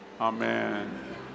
Amen